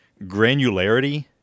granularity